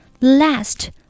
Last